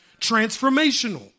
Transformational